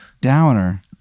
downer